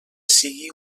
sigui